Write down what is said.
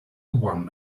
won